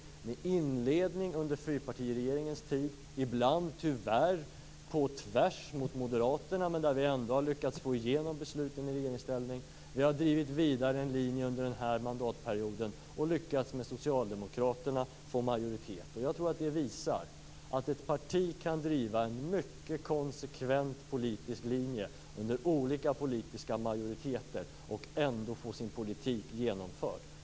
Arbetet inleddes under fyrpartiregeringens tid, ibland tyvärr på tvärs mot moderaterna, men vi lyckades ändå få igenom besluten i regeringsställning. Vi har drivit den linjen vidare under den här mandatperioden och lyckats få majoritet med socialdemokraterna. Jag tror att det visar att ett parti kan driva en mycket konsekvent politisk linje under olika politiska majoriteter och ändå få sin politik genomförd.